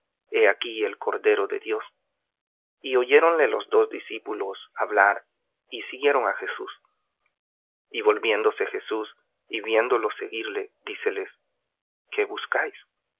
he aquí el cordero de dios y oyéronle los dos discípulos hablar y siguieron á jesús y volviéndose jesús y viéndolos seguir díceles qué buscáis